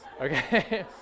Okay